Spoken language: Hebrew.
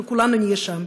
אנחנו כולנו נהיה שם,